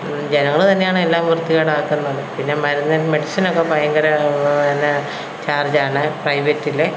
ജനങ്ങൾ തന്നെയാണ് എല്ലാം വൃത്തികേടാക്കുന്നതും പിന്നെ മരുന്ന് മെഡിസിനൊക്ക ഭയങ്കര എന്നാൽ ചാർജ് ആണ് പ്രൈവെറ്റിൽ